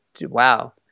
wow